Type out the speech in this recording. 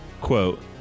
Quote